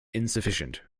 insufficient